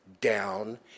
down